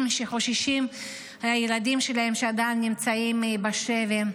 שחוששים לילדים שלהם שעדיין נמצאים בשבי.